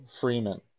Freeman